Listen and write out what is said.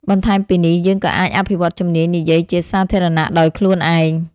បន្ថែមពីនេះ យើងក៏អាចអភិវឌ្ឍជំនាញនិយាយជាសាធារណៈដោយខ្លួនឯង។